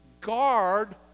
guard